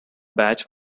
badge